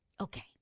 Okay